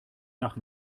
nach